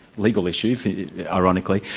legal issues ironically,